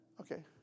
Okay